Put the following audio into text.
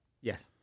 yes